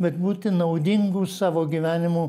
bet būti naudingu savo gyvenimu